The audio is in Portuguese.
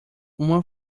uma